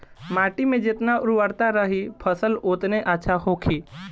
माटी में जेतना उर्वरता रही फसल ओतने अच्छा होखी